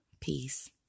Peace